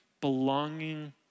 belonging